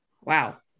Wow